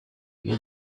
you